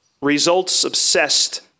results-obsessed